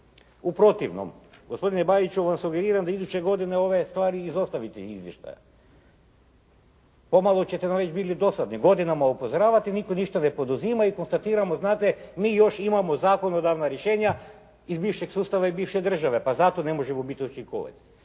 U protivnom, gospodine Bajiću ja vam sugeriram da iduće godine ove stvari izostavite iz izvještaja. Pomalo ćete nam već biti dosadni, godinama upozoravate, nitko ništa ne poduzima i konstatiramo, znate mi još imamo zakonodavna rješenja iz bivšeg sustava i bivše države, pa zato ne možemo biti učinkoviti.